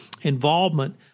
involvement